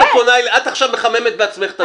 את עכשיו מחממת בעצמך את הדיון.